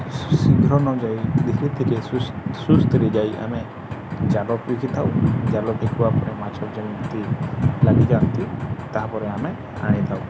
ଶୀଘ୍ର ନ ଯାଇ ଧୀରେ ଧୀରେ ସୁସ୍ତ୍ ସୁସ୍ତ୍ରେ ଯାଇ ଆମେ ଜାଲ ଫିଙ୍ଗିଥାଉ ଜାଲ ଫିଙ୍ଗିବା ପରେ ମାଛ ଯେମିତି ଲାଗିଯାଆନ୍ତି ତା'ପରେ ଆମେ ଆଣିଥାଉ